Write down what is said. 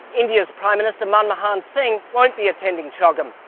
india's prime minister manmohan singh won't be attending chogm.